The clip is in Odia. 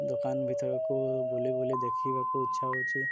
ଦୋକାନ ଭିତରକୁ ବୁଲି ବୁଲି ଦେଖିବାକୁ ଇଚ୍ଛା ହେଉଛି